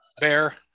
Bear